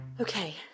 Okay